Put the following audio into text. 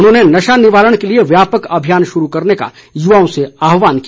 उन्होंने नशा निवारण के लिए व्यापक अभियान शुरू करने का युवाओं से आहवान किया